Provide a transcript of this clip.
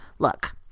look